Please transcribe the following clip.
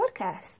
podcast